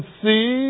see